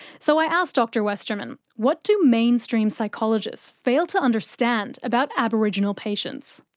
so i asked dr westerman, what do mainstream psychologists fail to understand about aboriginal patients?